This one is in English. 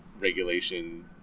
regulation